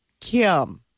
Kim